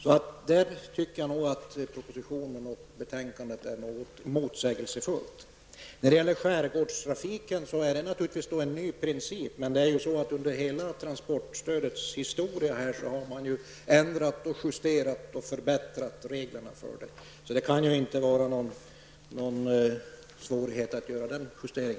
Jag tycker nog att propositionen och betänkandet är något motsägelsefulla. När det gäller skärgårdstrafiken är det fråga om en ny princip. Men under hela transportstödets historia har man ändrat och förbättrat reglerna. Det kan inte vara någon svårighet att göra denna justering.